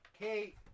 Kate